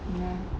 ya